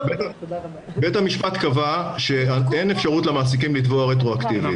בית המשפט קבע שאין אפשרות למעסיקים לתבוע רטרואקטיבית.